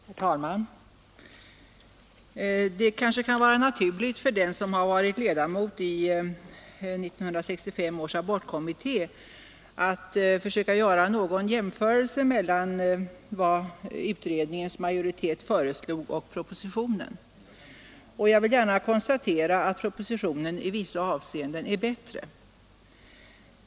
Herr talman! Det kanske kan vara naturligt för den som har varit ledamot av 1965 års abortkommitté att försöka göra någon jämförelse mellan vad utredningsmajoriteten föreslog och vad som föreslås i propositionen. Jag vill gärna konstatera att propositionen i vissa avseenden är bättre.